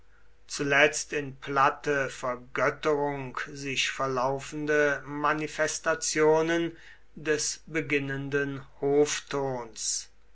zuletzt in platte vergötterung sich verlaufende manifestationen des beginnenden hoftons